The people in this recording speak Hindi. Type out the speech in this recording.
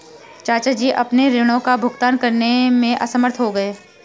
चाचा जी अपने ऋणों का भुगतान करने में असमर्थ हो गए